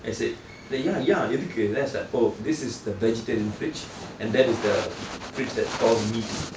I say ya ya எதுக்கு:ethukku then I was like oh this is the vegetarian fridge and that is the fridge that stores meat